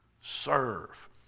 serve